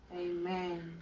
Amen